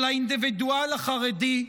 של האינדיווידואל החרדי,